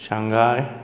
Shanghai